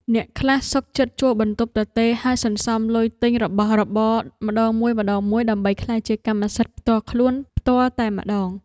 អ្នកខ្លះសុខចិត្តជួលបន្ទប់ទទេរហើយសន្សំលុយទិញរបស់របរម្ដងមួយៗដើម្បីក្លាយជាកម្មសិទ្ធិផ្ទាល់ខ្លួនផ្ទាល់តែម្ដង។